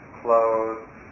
clothes